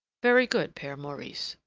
very good, pere maurice,